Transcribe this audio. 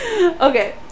Okay